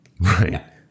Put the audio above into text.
right